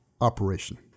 operation